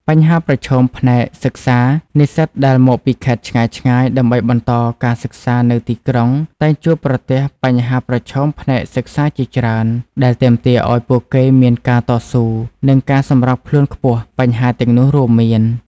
បញ្ហាប្រឈមផ្នែកសិក្សានិស្សិតដែលមកពីខេត្តឆ្ងាយៗដើម្បីបន្តការសិក្សានៅទីក្រុង តែងជួបប្រទះបញ្ហាប្រឈមផ្នែកសិក្សាជាច្រើន ដែលទាមទារឲ្យពួកគេមានការតស៊ូ និងការសម្របខ្លួនខ្ពស់។ បញ្ហាទាំងនោះរួមមាន